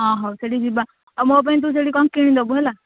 ହଁ ହଉ ସେଇଠିକି ଯିବା ଆଉ ମୋ ପାଇଁ ତୁ ସେଇଠି କଣ କିଣି ଦେବୁ ହେଲା